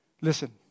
Listen